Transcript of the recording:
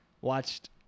watched